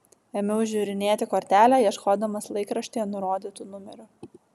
ėmiau žiūrinėti kortelę ieškodamas laikraštyje nurodytų numerių